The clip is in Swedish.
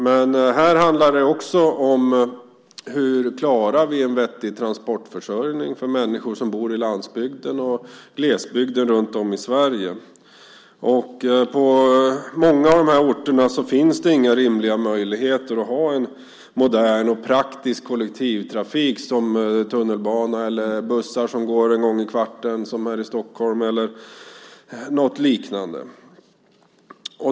Men här handlar det också om frågan: Hur klarar vi en vettig transportförsörjning för människor som bor i landsbygden och glesbygden runtom i Sverige? På många av de här orterna finns det inga rimliga möjligheter att ha en modern och praktisk kollektivtrafik med tunnelbana eller bussar som går en gång i kvarten, som här i Stockholm, eller något liknande.